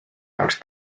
jaoks